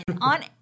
on